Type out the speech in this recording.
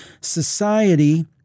society